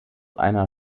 einer